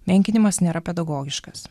menkinimas nėra pedagogiškas